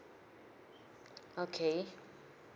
okay